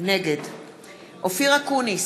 נגד אופיר אקוניס,